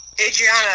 Adriana